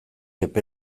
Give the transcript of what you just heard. epe